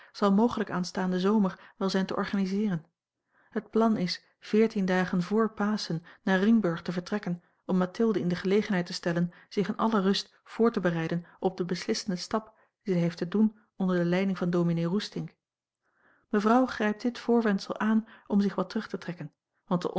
zal mogelijk aanstaanden zomer wel zijn te organiseeren het plan is veertien dagen vr paschen naar ringburg te vertrekken om mathilde in de gelegenheid te stellen zich in alle rust voor te bereiden op den beslissenden stap dien zij heeft te doen onder de leiding van ds roestink mevrouw grijpt dit voorwendsel aan om zich wat terug te trekken